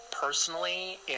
personally